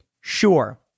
Sure